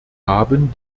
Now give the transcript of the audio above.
haben